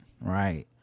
right